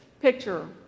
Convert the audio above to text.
picture